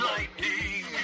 Lightning